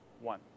one